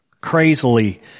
crazily